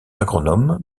agronome